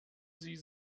sie